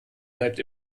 bleibt